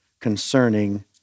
concerning